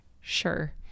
sure